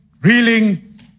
reeling